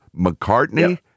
McCartney